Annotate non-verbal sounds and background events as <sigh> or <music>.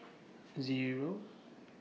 <noise> Zero